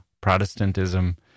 Protestantism